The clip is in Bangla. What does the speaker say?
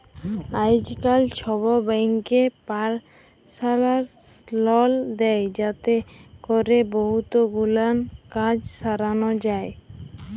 আইজকাল ছব ব্যাংকই পারসলাল লল দেই যাতে ক্যরে বহুত গুলান কাজ সরানো যায়